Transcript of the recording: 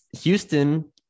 Houston